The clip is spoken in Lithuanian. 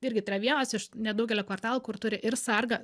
irgi tai yra vienas iš nedaugelio kvartalų kur turi ir sargą